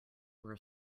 were